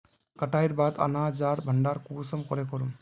कटाईर बाद अनाज लार भण्डार कुंसम करे करूम?